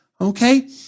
okay